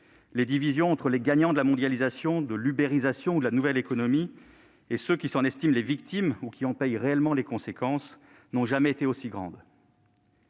Les divisions entre les gagnants de la mondialisation, de l'ubérisation ou de la nouvelle économie et ceux qui s'en estiment les victimes ou qui en paient réellement les conséquences n'ont jamais été aussi grandes.